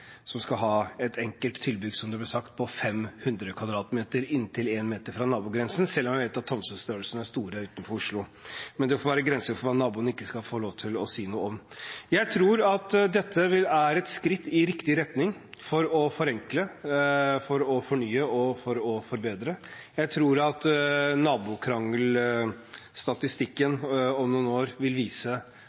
man skal ha et enkelt tilbygg, som det ble sagt, på 500 m2inntil 1 meter fra nabogrensen – selv om jeg vet at tomtene er store utenfor Oslo. Men det får være grenser for hva naboene ikke skal få lov til å si noe om. Jeg tror at dette er et skritt i riktig retning for å forenkle, fornye og forbedre. Jeg tror at nabokrangelstatistikken om noen år vil vise